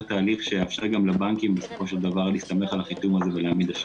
תהליך שיאפשר גם לבנקים להסתמך על החיתום הזה ולהעמיד אשראי.